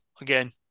Again